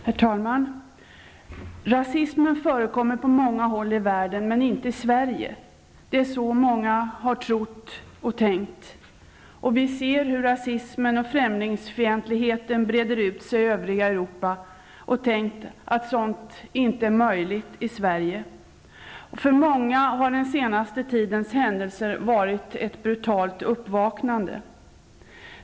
Herr talman! Rasismen förekommer på många håll i världen, men inte i Sverige -- det är så många har trott och tänkt. Vi har sett hur rasismen och främlingsfientligheten breder ut sig i övriga Europa och har tänkt att sådant inte är möjligt i Sverige. För många har den senaste tidens händelser varit ett brutalt uppvaknande.